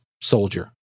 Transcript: soldier